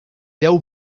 deu